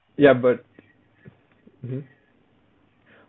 ya but mmhmm